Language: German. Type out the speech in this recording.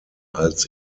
als